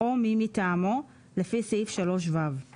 או מי מטעמו לפי סעיף 3ו;";